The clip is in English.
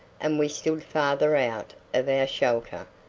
and we stood farther out of our shelter,